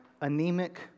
anemic